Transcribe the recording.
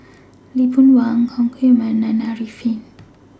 Lee Boon Wang Chong Heman and Arifin